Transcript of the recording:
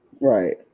Right